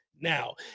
now